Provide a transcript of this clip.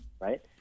right